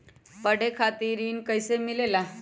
पढे खातीर ऋण कईसे मिले ला?